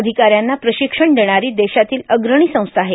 अधिकाऱ्यांना प्रशिक्षण देणारी देशातील अग्रणी संस्था आहे